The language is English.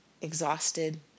exhausted